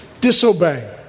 Disobey